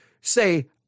say